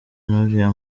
n’uriya